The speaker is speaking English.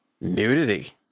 Nudity